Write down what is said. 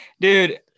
Dude